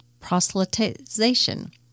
proselytization